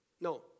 No